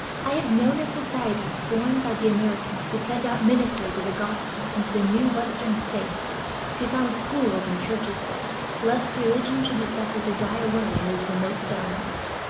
i have known of societies formed by the americans to send out ministers of the gospel into the new western states to found schools and churches there, lest religion should be suffered to die away in those remote settlements,